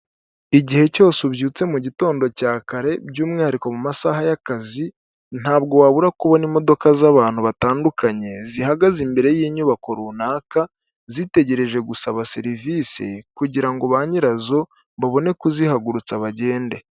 Igihe cyose ubyutse mu gitondo cya kare, by'umwihariko mu masaha y'akazi, ntabwo wabura kubona imodoka z'abantu batandukanye, zihagaze imbere y'inyubako runaka, zitegereje gusaba serivisi, kugira ngo banyirazo, babone kuzihagurutsa bagende.